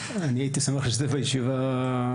אני הייתי שמח להשתתף בישיבה הנוכחית,